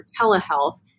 telehealth